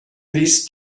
these